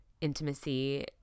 intimacy